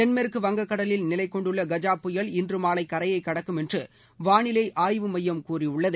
தென்மேற்கு வங்ககடலில் நிலைகொண்டுள்ள கஜ புயல் இன்று மாலை கரையை கடக்கும் என்று வானிலை ஆய்வு மையம் கூறியுள்ளது